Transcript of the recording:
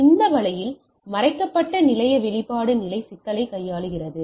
எனவே இந்த வழியில் மறைக்கப்பட்ட நிலைய வெளிப்பாடு நிலைய சிக்கலை கையாளுகிறது